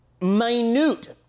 minute